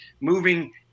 moving